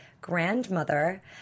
grandmother